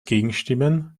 gegenstimmen